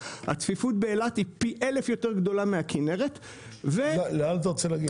הצפיפות באילת היא פי אלף יותר גדולה מהכנרת --- לאן אתה רוצה להגיע?